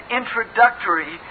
introductory